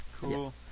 Cool